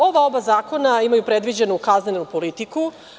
Oba zakona imaju predviđenu kaznenu politiku.